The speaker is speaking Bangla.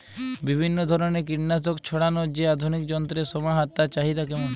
বিভিন্ন ধরনের কীটনাশক ছড়ানোর যে আধুনিক যন্ত্রের সমাহার তার চাহিদা কেমন?